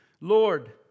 Lord